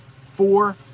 Four